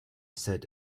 said